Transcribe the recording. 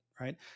right